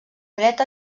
dreta